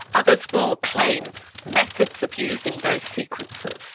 others will claim methods of using those sequences.